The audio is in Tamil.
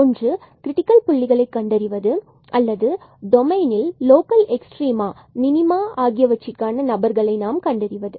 ஒன்று கிரிட்டிக்கல் புள்ளிகளை கண்டறிவது அல்லது டொமைனில் லோக்கல் எக்ஸ்ட்ரீமா மினிமா ஆகியவற்றிற்கான நபர்களை கண்டறிவது